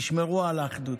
תשמרו על האחדות.